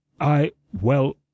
I—well